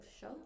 show